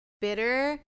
Bitter